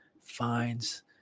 finds